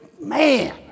Man